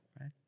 right